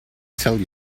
sell